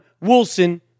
Wilson